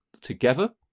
together